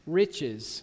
riches